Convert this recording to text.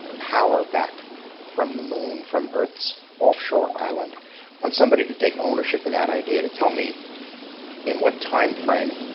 power back from the moon, from earth's offshore island. i want somebody to take ownership of that idea, to tell me in what time frame